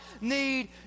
need